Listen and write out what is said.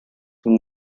son